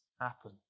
happen